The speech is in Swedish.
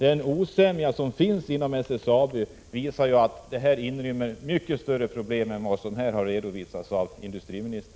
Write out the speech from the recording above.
Den osämja som finns inom SSAB visar att saken inrymmer mycket större problem än vad här redovisats av industriministern.